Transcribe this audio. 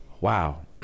Wow